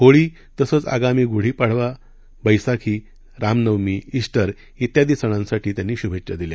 होळी तसंच आगामी गुढीपाडवा बैसाकी रामनवमी ईस्टर व्यादी सणांसाठी त्यांनी शुभेच्छा दिल्या